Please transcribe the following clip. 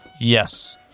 yes